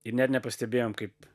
ir net nepastebėjom kaip